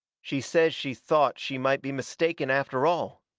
she says she thought she might be mistaken after all.